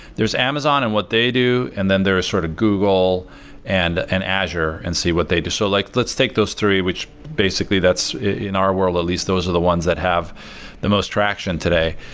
there's amazon, and what they do, and then there is sort of google and and azure and see what they do. so like let's take those three, which basically that's in our world, at least those are the ones that have the most traction today.